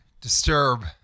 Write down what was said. disturb